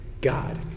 God